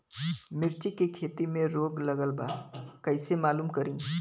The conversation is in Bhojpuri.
मिर्ची के खेती में रोग लगल बा कईसे मालूम करि?